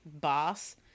boss